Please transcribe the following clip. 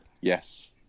Yes